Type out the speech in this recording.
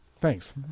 Thanks